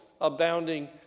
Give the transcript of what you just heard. abounding